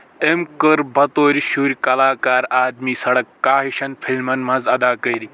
أمۍ کٔر بطور شُرِ کَلاکار آدمی سَڑک کا ہِشن فِلمن منٛز اداکٲری